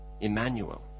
Emmanuel